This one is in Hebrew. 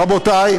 רבותי,